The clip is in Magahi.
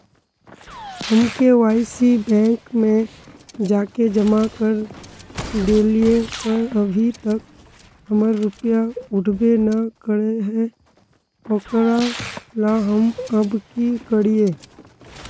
हम के.वाई.सी बैंक में जाके जमा कर देलिए पर अभी तक हमर रुपया उठबे न करे है ओकरा ला हम अब की करिए?